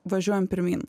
važiuojam pirmyn